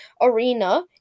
arena